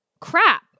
crap